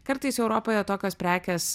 kartais europoje tokios prekės